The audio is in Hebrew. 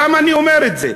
למה אני אומר את זה?